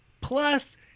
plus